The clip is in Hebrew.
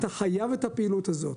אתה חייב את הפעילות הזאת.